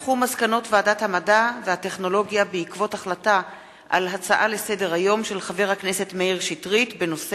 מסקנות ועדת המדע והטכנולוגיה בעקבות הצעה לסדר-היום בנושא: